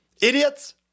Idiots